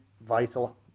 vital